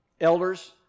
elders